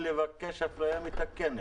במיוחד בפריפריה ובישובים הערביים.